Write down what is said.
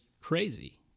crazy